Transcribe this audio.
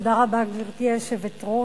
תודה רבה, גברתי היושבת-ראש.